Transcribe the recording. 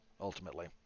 ultimately